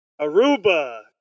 Aruba